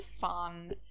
fun